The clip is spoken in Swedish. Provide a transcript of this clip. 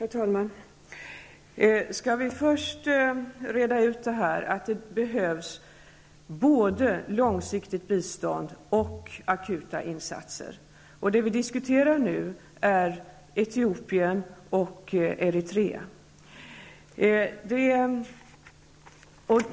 Herr talman! Vi kanske först skall reda ut att det behövs både långsiktigt bistånd och akuta insatser. Det vi diskuterar nu är Etiopien och Eritrea.